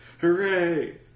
Hooray